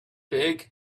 big